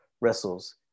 wrestles